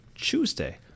Tuesday